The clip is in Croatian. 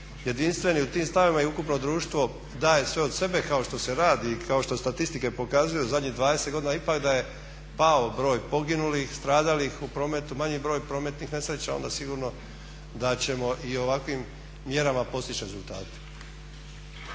jedinstveni u tim stavovima i ukupno društvo daje sve od sebe kao što se radi, kao što statistike pokazuju u zadnjih 20 godina ipak da je pao broj poginulih, stradalih u prometu, manji broj prometnih nesreća, onda sigurno da ćemo i ovakvim mjerama postići rezultate.